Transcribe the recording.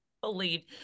believed